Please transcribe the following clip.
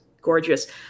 gorgeous